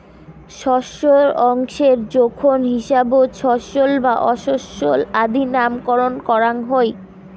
শস্যর অংশের জোখন হিসাবত শস্যল বা অশস্যল আদি নামকরণ করাং হই